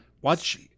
Watch